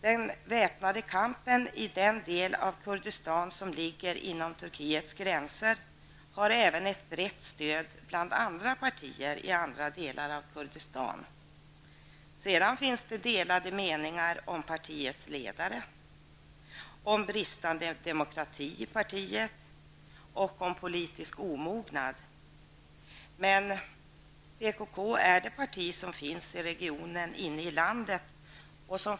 Den väpnade kampen i den del av Kurdistan som ligger inom Turkiets gränser har även ett brett stöd bland andra partier i andra delar av Kurdistan. Det finns delade meningar om partiets ledare, bristande demokrati i partiet och politisk omognad. Men PKK är det parti som finns i regionen inne i landet.